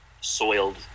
soiled